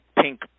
pink